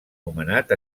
nomenat